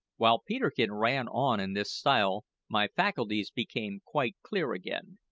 while peterkin ran on in this style my faculties became quite clear again,